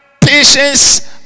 patience